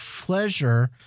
pleasure